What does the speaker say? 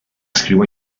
escriu